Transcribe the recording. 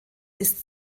ist